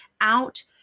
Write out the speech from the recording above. out